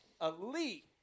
elite